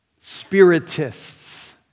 Spiritists